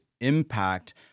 impact